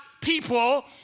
people